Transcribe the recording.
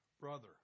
brother